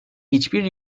hiçbir